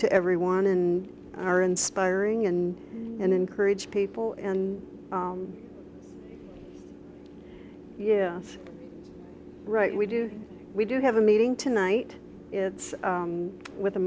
to everyone in our inspiring and and encourage people and yeah right we do we do have a meeting tonight it's with